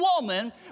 woman